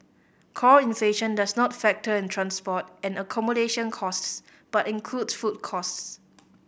core inflation does not factor in transport and accommodation costs but includes food costs